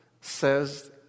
says